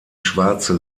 schwarze